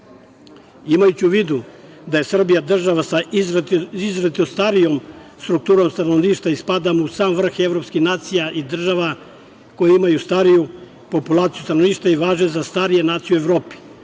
u vidu da je država Srbija, država sa izuzetno starijom strukturom stanovništva i spadamo u sam vrh Evropskih nacija i država koje imaju stariju populaciju stanovništva i važe za starije nacije u Evropi,